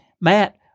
Matt